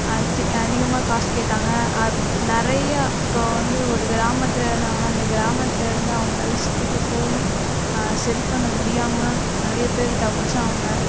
அதி அதிகமாக காசு கேட்டாங்க அத் நிறையா இப்போது வந்து ஒரு கிராமத்தில் இருக்காங்கன்னால் அந்த கிராமத்தில் இருந்து அவங்களால சிட்டிக்கு போய் சரி பண்ண முடியாமல் நிறைய பேர் தவித்தாங்க